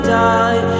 die